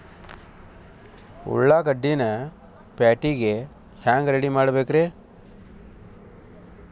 ಉಳ್ಳಾಗಡ್ಡಿನ ಪ್ಯಾಟಿಗೆ ಹ್ಯಾಂಗ ರೆಡಿಮಾಡಬೇಕ್ರೇ?